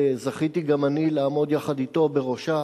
וזכיתי גם אני לעמוד יחד אתו בראשה,